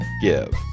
give